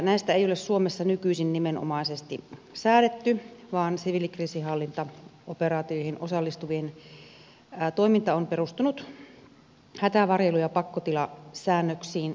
näistä ei ole suomessa nykyisin nimenomaisesti säädetty vaan siviilikriisinhallintaoperaatioihin osallistuvien toiminta on perustunut hätävarjelu ja pakkotilasäännöksiin